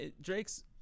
Drake's